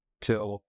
till